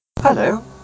Hello